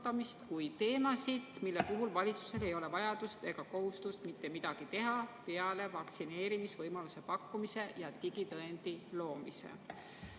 kui teemasid, mille puhul valitsusel ei ole vajadust ega kohustust mitte midagi teha peale vaktsineerimisvõimaluse pakkumise ja digitõendi loomise.